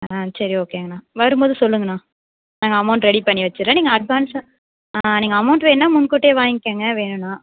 ஆ சரி ஓகேங்கண்ணா வரும் போது சொல்லுங்கண்ணா நாங்கள் அமௌண்ட் ரெடி பண்ணி வச்சிடுறேன் நீங்கள் அட்வான்ஸாக நீங்கள் அமௌண்ட் வேணுண்ணா முன்கூட்டியே வாய்ங்கங்க வேணும்ன்னா